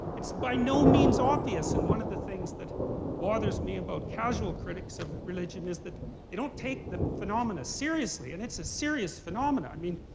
it's by no means obvious, and one of the things that bothers me about casual critics of religion is that they don't take the phenomena seriously. and it's a serious phenomena. i mean